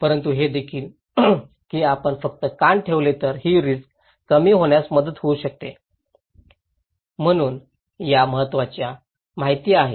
परंतु हे देखील की आपण फक्त कान ठेवले तर ही रिस्क कमी होण्यास मदत होऊ शकते म्हणूनच या महत्वाच्या माहिती आहेत